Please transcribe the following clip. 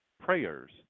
prayers